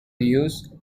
use